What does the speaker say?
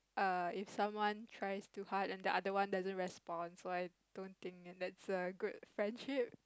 err if someone tries to hard and the other one doesn't respond so I don't think is a good friendship